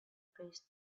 pressed